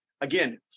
Again